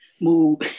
move